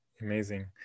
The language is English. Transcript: Amazing